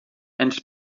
ens